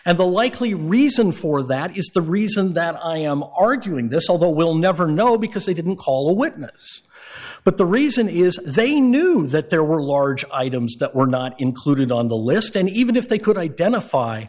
and the likely reason for that is the reason that i am arguing this although we'll never know because they didn't call witnesses but the reason is they knew that there were large items that were not included on the list and even if they could identify